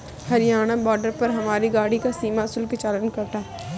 Haryana border पर हमारी गाड़ी का सीमा शुल्क चालान कटा